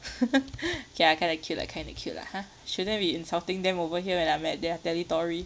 K lah kind of cute lah kinda cute lah hah shouldn't be insulting them over here when I'm at their territory